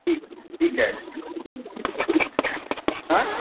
ठीकु ठीकु आहे ह